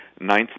ninth